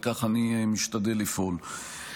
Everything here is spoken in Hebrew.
וכך אני משתדל לפעול.